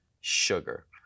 sugar